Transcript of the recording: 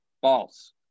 false